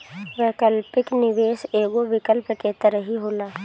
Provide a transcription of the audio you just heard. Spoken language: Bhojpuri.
वैकल्पिक निवेश एगो विकल्प के तरही होला